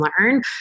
learn